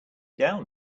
down